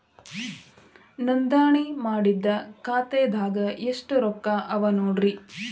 ನೋಂದಣಿ ಮಾಡಿದ್ದ ಖಾತೆದಾಗ್ ಎಷ್ಟು ರೊಕ್ಕಾ ಅವ ನೋಡ್ರಿ